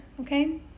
okay